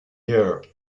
year